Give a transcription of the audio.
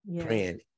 praying